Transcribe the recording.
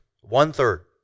one-third